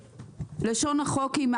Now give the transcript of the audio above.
לשון החוק היא,